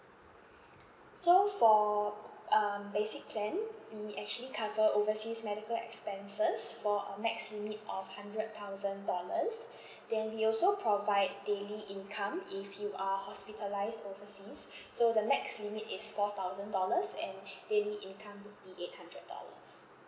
so for um basic plan we actually cover overseas medical expenses for a max limit of hundred thousand dollars then we also provide daily income if you are hospitalised overseas so the max limit is four thousand dollars and daily income would be eight hundred dollars